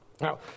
Now